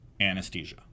anesthesia